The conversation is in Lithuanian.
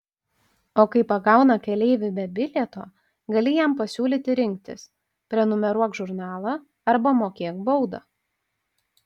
o kai pagauna keleivį be bilieto gali jam pasiūlyti rinktis prenumeruok žurnalą arba mokėk baudą